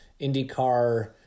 IndyCar